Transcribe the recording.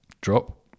drop